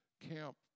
Camp